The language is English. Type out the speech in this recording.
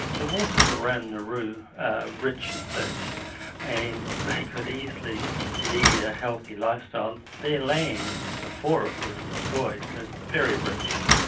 the waters around nauru are rich in fish and they could easily lead a healthy lifestyle. their land before it was destroyed was very rich.